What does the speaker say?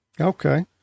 Okay